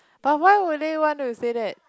but why would they want to say that